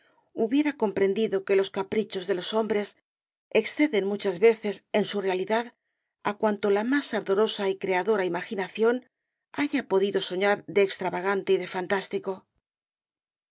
hubiera comprendido que los caprichos de los hombres exceden muchas veces en su realidad á cuanto la más ardorosa y creadora imaginación haya podido soñar de extravagante y de fantástico